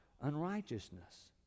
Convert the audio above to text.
unrighteousness